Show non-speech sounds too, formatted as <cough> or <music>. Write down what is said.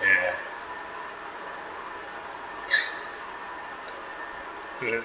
yes <laughs> mmhmm